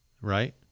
Right